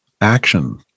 Action